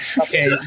Okay